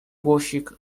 głosik